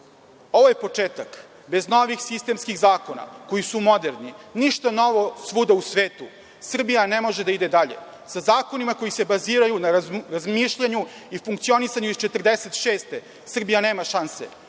Ovaj početak, bez novih sistemskih zakona koji su moderni, ništa novo svuda u svetu, Srbija ne može da ide dalje, sa zakonima koji se baziraju na razmišljanju i funkcionisanju iz 1946. godine, ma kakve